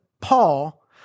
Paul